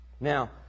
Now